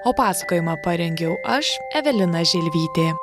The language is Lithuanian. o pasakojimą parengiau aš evelina želvytė